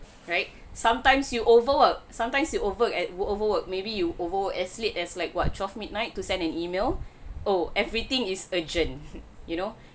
right sometimes you overwork sometimes you over at overwork maybe you over work as late as like what twelve midnight to send an email oh everything is urgent you know